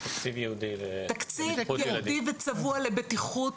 תקציב ייעודי וצבוע לבטיחות,